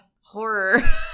horror